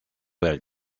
del